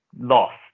lost